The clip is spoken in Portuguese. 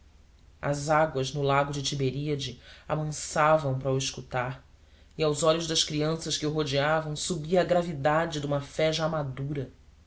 as águas no lago de tiberíade amansavam para o escutar e aos olhos das crianças que o rodeavam subia a gravidade de uma fé já madura